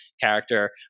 character